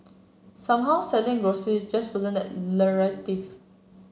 somehow selling groceries just wasn't that lucrative